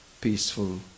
peaceful